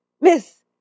Miss